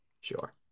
Sure